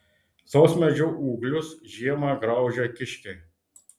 sausmedžių ūglius žiemą graužia kiškiai